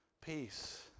Peace